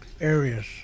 areas